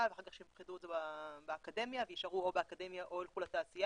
ואחר כך שהם יבחרו את זה באקדמיה ויישארו או באקדמיה או יילכו לתעשייה,